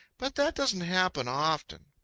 but that doesn't happen often.